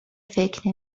فکر